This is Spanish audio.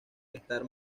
estar